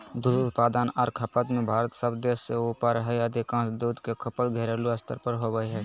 दूध उत्पादन आर खपत में भारत सब देश से ऊपर हई अधिकांश दूध के खपत घरेलू स्तर पर होवई हई